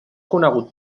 conegut